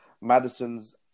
Madison's